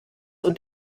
und